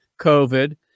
COVID